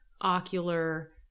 ocular